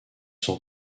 sont